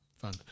fun